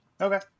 Okay